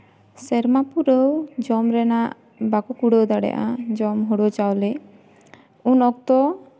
ᱥᱮᱨᱢᱟ ᱯᱩᱨᱟᱹᱣ ᱡᱚᱢ ᱨᱮᱱᱟᱜ ᱵᱟᱠᱚ ᱠᱩᱲᱟᱹᱣ ᱫᱟᱲᱮᱭᱟᱼᱟ ᱡᱚᱢ ᱦᱩᱲᱩ ᱪᱟᱣᱞᱮ ᱩᱱ ᱚᱠᱛᱚ